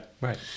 Right